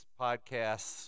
podcasts